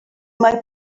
mae